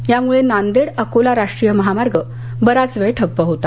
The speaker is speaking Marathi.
यामुळे नांदेड अकोला राष्ट्रीय महामार्ग बराच वेळ ठप्प झाला होता